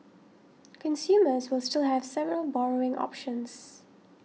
consumers will still have several borrowing options